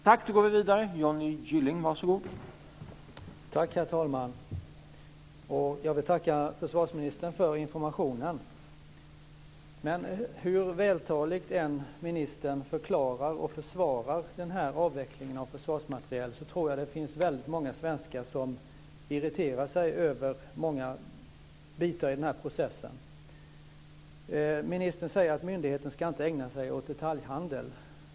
Herr talman! Jag vill tacka försvarsministern för informationen. Men hur vältaligt ministern än förklarar och försvarar den här avvecklingen av försvarsmateriel tror jag att det finns väldigt många svenskar som irriterar sig över många bitar i processen. Ministern säger att myndigheten inte ska ägna sig åt detaljhandel.